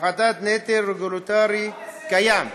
הפחתת נטל רגולטורי קיים,